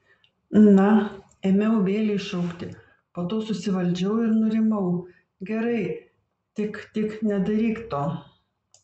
na ėmiau vėlei šaukti po to susivaldžiau ir nurimau gerai tik tik nedaryk to